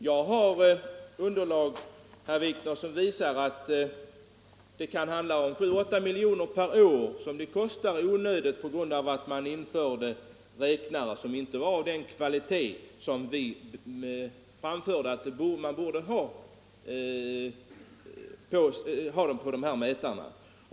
Jag har underlag som visar att det kan röra sig om onödiga kostnader på 7-8 milj.kr. per år på grund av att man införde kilometerräknare som inte var av den kvalitet som vi ansåg borde krävas.